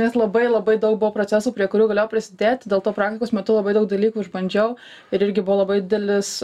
iš esmės labai labai daug buvo procesų prie kurių galėjau prisidėt dėl to praktikos metu labai daug dalykų išbandžiau ir irgi buvo labai didelis